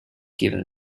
given